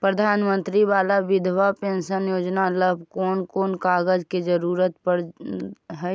प्रधानमंत्री बाला बिधवा पेंसन योजना ल कोन कोन कागज के जरुरत पड़ है?